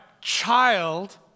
child